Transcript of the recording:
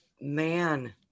man